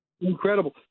Incredible